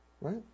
Right